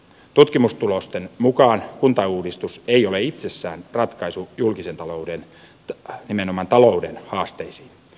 tutkimustulosten mukaan kuntauudistus ei ole itsessään ratkaisu julkisen talouden nimenomaan talouden haasteisiin